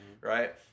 right